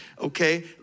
Okay